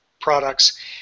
products